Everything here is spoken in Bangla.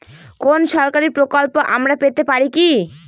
কোন সরকারি প্রকল্প আমরা পেতে পারি কি?